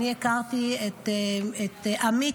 אני הכרתי את עמית,